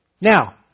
Now